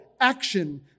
action